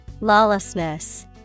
Lawlessness